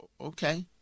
Okay